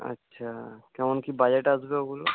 আচ্ছা কেমন কী বাজেট আসবে বলুন